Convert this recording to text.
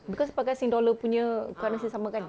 because pakai sing dollar punya currency sama kan